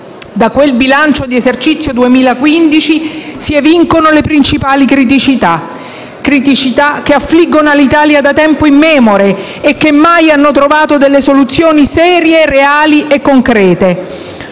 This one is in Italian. Da quel bilancio di esercizio 2015 si evincono le principali criticità che affliggono Alitalia da tempo immemore e che mai hanno trovato soluzioni serie, reali e concrete;